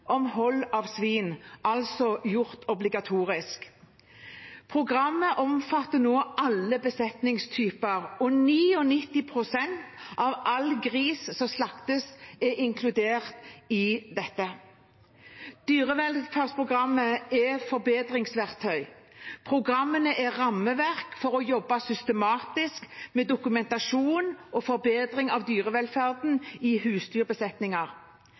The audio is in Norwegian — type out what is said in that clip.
om hold av svin, altså gjort obligatorisk. Programmet omfatter nå alle besetningstyper, og 99 pst. av all gris som slaktes, er inkludert i dette. Dyrevelferdsprogrammer er forbedringsverktøy. Programmene er rammeverk for å jobbe systematisk med dokumentasjon og forbedring av dyrevelferden i husdyrbesetninger.